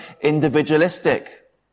individualistic